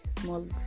small